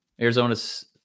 Arizona's